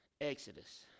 Exodus